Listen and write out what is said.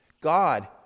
God